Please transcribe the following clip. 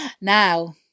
now